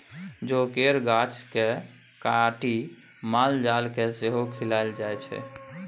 जौ केर गाछ केँ काटि माल जाल केँ सेहो खुआएल जाइ छै